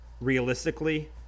realistically